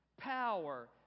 Power